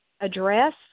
address